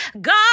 God